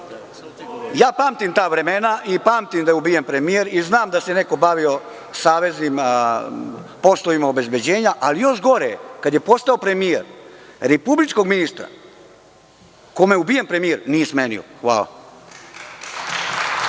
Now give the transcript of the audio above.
amandmana. Pamtim ta vremena i pamtim da je ubijen premijer i znam da se neko bavio poslovima obezbeđenja. Ali još gore kada je postao premijer republičkog ministra kome je ubijen premijer nije smenio. Hvala.